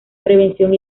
prevención